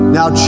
Now